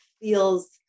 feels